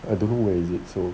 I don't know where is it so